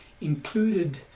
included